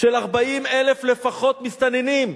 של 40,000, לפחות, מסתננים,